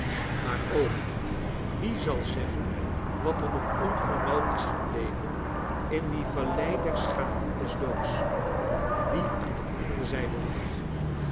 maar o wie zal zeggen wat er nog onvermeld is gebleven in die vallei der schaduw des doods die aan de andere zijde ligt